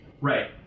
Right